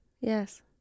yes